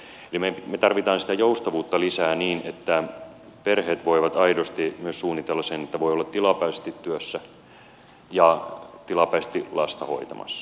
me tarvitsemme sitä joustavuutta lisää niin että perheet voivat aidosti myös suunnitella sen että voi olla tilapäisesti työssä ja tilapäisesti lasta hoitamassa